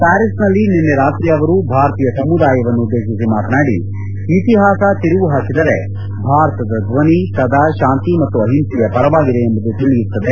ಪ್ಯಾರೀಸ್ನಲ್ಲಿ ನಿನ್ನೆ ರಾತ್ರಿ ಅವರು ಭಾರತೀಯ ಸಮುದಾಯ ಉದ್ದೇಶಿಸಿ ಮಾತನಾಡಿ ಇತಿಹಾಸ ತಿರುವು ಹಾಕಿದರೆ ಭಾರತದ ಧ್ಲನಿ ಸದಾ ಶಾಂತಿ ಮತ್ತು ಅಹಿಂಸೆಯ ಪರವಾಗಿದೆ ಎಂಬುದು ತಿಳಿಯುತ್ತದೆ